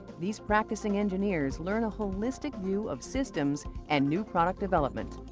these practicing engineers learn a holistic view of systems and new product development.